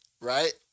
right